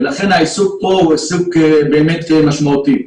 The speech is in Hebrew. ולכן העיסוק פה הוא עיסוק באמת משמעותי.